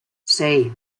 sei